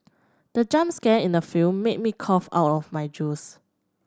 the jump scare in the film made me cough out my juice